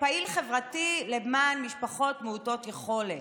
פעיל חברתי למען משפחות מעוטות יכולת.